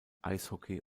eishockey